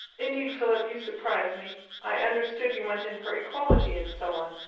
indeed, philip, you surprise me. i understood you went in for equality and so on.